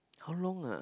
how long ah